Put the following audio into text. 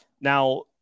Now